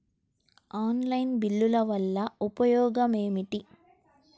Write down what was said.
Online బిల్లుల వల్ల ఉపయోగమేమిటీ?